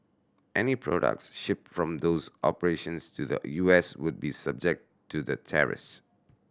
any products shipped from those operations to the U S would be subject to the